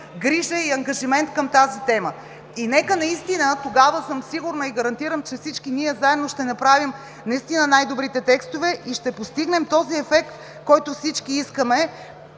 грижа и ангажимент към тази тема. Тогава съм сигурна и гарантирам, че всички ние заедно ще направим настина най-добрите текстове и ще постигнем този ефект, който всички искаме